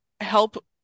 help